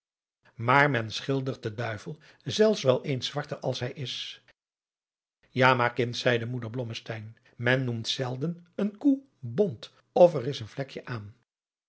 maar men schildert den duivel zelfs wel eens zwarter als hij is ja maar kind zeide moeder blommesteyn men noemt zelden een koe bont of'er is een vlekje aan